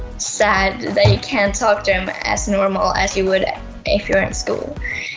sad that you can't talk to em as normal as you would if you were in school.